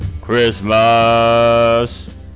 Christmas